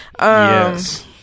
yes